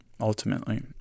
ultimately